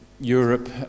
Europe